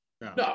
No